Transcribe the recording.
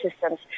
systems